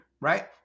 right